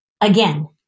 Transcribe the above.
Again